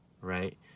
right